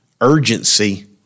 urgency